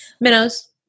Minnows